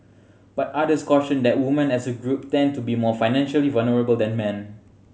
but others cautioned that woman as a group tend to be more financially vulnerable than men